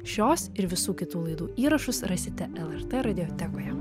šios ir visų kitų laidų įrašus rasite lrt radiotekoje